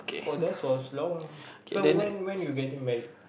oh that's was long so when when you getting married